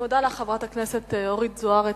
אני מודה לך, חברת הכנסת אורית זוארץ.